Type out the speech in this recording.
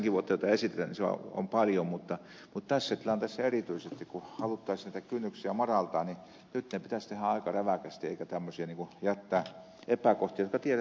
kahdeksankin vuotta jota esitetään on paljon mutta tässä tilanteessa erityisesti kun haluttaisiin näitä kynnyksiä madaltaa ne pitäisi nyt tehdä aika räväkästi eikä jättää tämmöisiä epäkohtia jotka tiedetään etukäteen